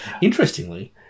Interestingly